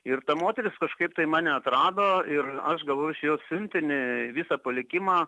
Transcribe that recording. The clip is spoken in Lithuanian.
ir ta moteris kažkaip tai mane atrado ir aš gavau iš jos siuntinį visą palikimą